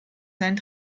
seinen